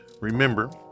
Remember